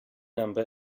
number